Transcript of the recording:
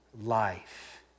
life